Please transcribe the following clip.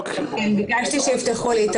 ביקשתי שיפתחו לי.